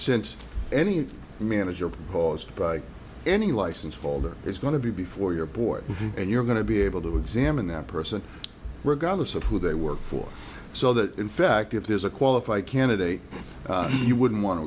since any manager paused by any license holder is going to be before your board and you're going to be able to examine that person regardless of who they work for so that in fact if there's a qualified candidate you wouldn't want to